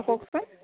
কওকচোন